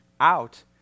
out